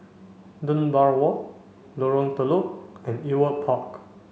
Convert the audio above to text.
Dunbar Walk Lorong Telok and Ewart Park